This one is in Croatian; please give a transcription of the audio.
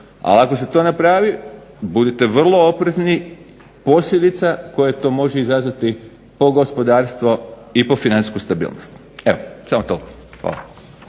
ali ako se to napravi budite vrlo oprezni, posljedice koje to može izazvati po gospodarstvo i financijsku stabilnost. Evo, samo toliko. Hvala.